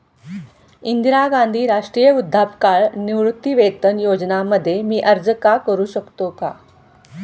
इंदिरा गांधी राष्ट्रीय वृद्धापकाळ निवृत्तीवेतन योजना मध्ये मी अर्ज का करू शकतो का?